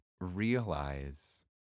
realize